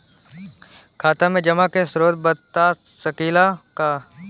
खाता में जमा के स्रोत बता सकी ला का?